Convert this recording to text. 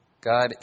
God